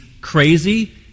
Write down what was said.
crazy